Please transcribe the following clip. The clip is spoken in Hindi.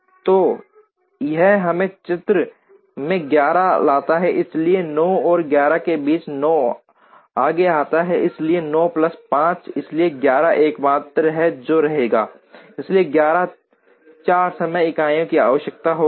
तो यह हमें चित्र में 11 लाता है इसलिए 9 और 11 के बीच 9 आगे आता है इसलिए 9 प्लस 5 इसलिए 11 एकमात्र है जो रहता है इसलिए 11 को 4 समय इकाइयों की आवश्यकता होती है